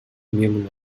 мирному